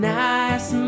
nice